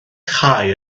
chau